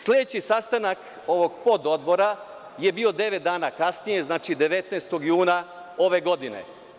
Sledeći sastanak ovog pododbora je bio devet dana kasnije, znači 19. juna ove godine.